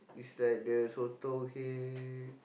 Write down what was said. is like the sotong head